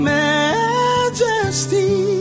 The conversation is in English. majesty